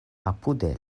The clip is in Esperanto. apude